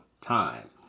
time